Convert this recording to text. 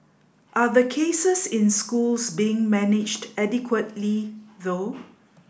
are the cases in schools being managed adequately though